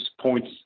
points